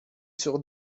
sur